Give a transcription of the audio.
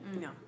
No